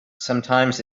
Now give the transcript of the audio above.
sometimes